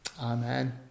Amen